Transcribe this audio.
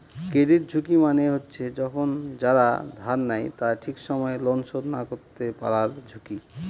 credit ঝুঁকি মানে হচ্ছে যখন যারা ধার নেয় তারা ঠিক সময় লোন শোধ না করতে পারার ঝুঁকি